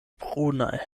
brunaj